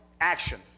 action